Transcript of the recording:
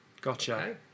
gotcha